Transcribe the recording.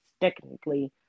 technically